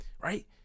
right